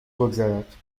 بگذرد